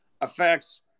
affects